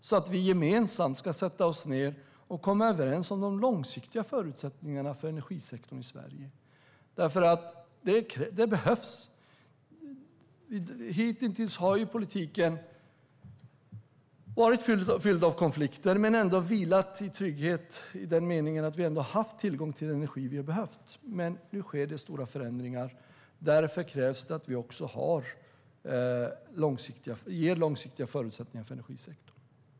Vi ska gemensamt sätta oss ned och komma överens om de långsiktiga förutsättningarna för energisektorn i Sverige. Det behövs. Hitintills har politiken varit fylld av konflikter. Men den har ändå vilat i trygghet i den meningen att vi har haft tillgång till den energi vi behövt. Nu sker det stora förändringar. Därför krävs det att vi ger långsiktiga förutsättningar för energisektorn.